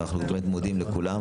אז אנחנו מודים לכולם.